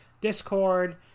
Discord